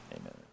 Amen